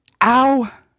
Ow